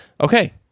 Okay